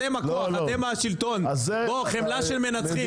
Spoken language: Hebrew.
אתם הכוח, אתם השלטון, בוא, חמלה של מנצחים.